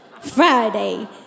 Friday